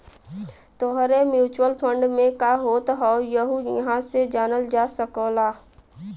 तोहरे mutual fund में का होत हौ यहु इहां से जानल जा सकला